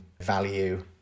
value